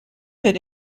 had